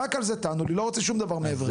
רק על זה תענו לי לא רוצה שום דבר מעבר לזה.